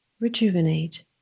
rejuvenate